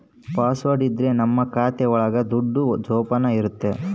password ಇದ್ರೆ ನಮ್ ಖಾತೆ ಒಳಗ ದುಡ್ಡು ಜೋಪಾನ ಇರುತ್ತೆ